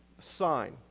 sign